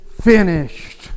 finished